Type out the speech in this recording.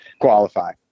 qualify